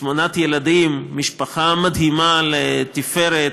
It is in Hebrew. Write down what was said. שמונת הילדים, משפחה מדהימה, לתפארת,